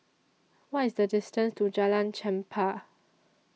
What IS The distance to Jalan Chempah